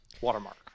watermark